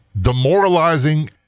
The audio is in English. demoralizing